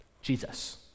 Jesus